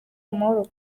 amahoro